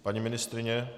Paní ministryně?